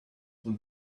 would